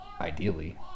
ideally